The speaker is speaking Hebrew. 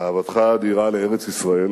אהבתך האדירה לארץ-ישראל,